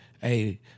Hey